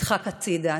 נדחק הצידה.